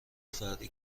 فردی